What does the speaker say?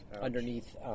underneath